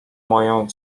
moją